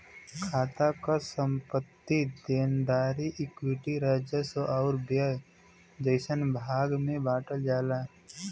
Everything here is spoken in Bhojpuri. खाता क संपत्ति, देनदारी, इक्विटी, राजस्व आउर व्यय जइसन भाग में बांटल जाला